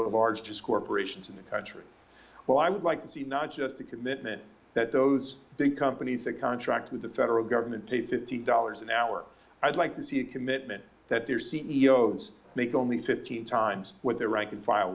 the largest corporations in the country well i would like to see not just the commitment that those big companies that contract with the federal government pay fifty dollars an hour i'd like to see a commitment that their c e o s make only fifteen times what their rank and file